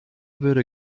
würde